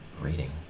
Reading